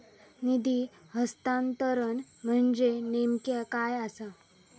निधी हस्तांतरण म्हणजे नेमक्या काय आसा?